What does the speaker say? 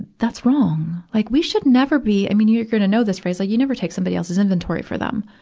that's wrong. like we should never be i mean, you're gonna know this phrase like you never take somebody else's inventory for them.